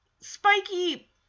spiky